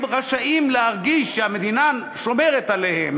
הם רשאים להרגיש שהמדינה שומרת עליהם,